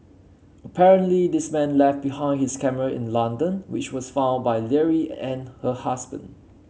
apparently this man left behind his camera in London which was found by Leary and her husband